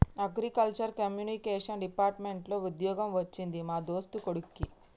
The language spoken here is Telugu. అగ్రికల్చర్ కమ్యూనికేషన్ డిపార్ట్మెంట్ లో వుద్యోగం వచ్చింది మా దోస్తు కొడిక్కి